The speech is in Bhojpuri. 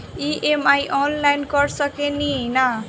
ई.एम.आई आनलाइन कर सकेनी की ना?